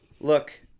Look